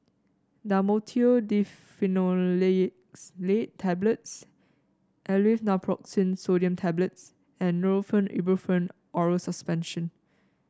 Dhamotil Diphenoxylate Tablets Aleve Naproxen Sodium Tablets and Nurofen Ibuprofen Oral Suspension